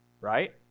right